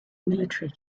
military